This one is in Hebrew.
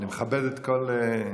אני מכבד את כל,